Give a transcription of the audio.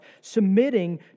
Submitting